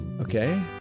Okay